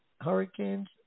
Hurricanes